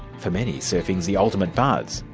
for many, surfing is the ultimate buzz,